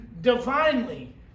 divinely